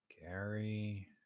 Gary